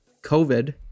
COVID